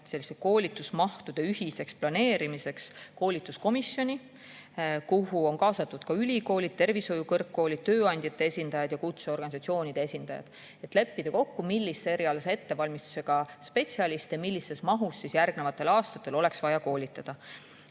spetsialistide koolitusmahtude ühiseks planeerimiseks koolituskomisjoni, kuhu on kaasatud ülikoolid, tervishoiukõrgkoolid, tööandjate esindajad ja kutseorganisatsioonide esindajad, et leppida kokku, millise erialase ettevalmistusega spetsialiste millises mahus oleks järgnevatel aastatel vaja koolitada.